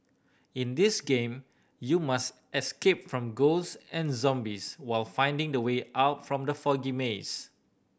in this game you must escape from ghost and zombies while finding the way out from the foggy maze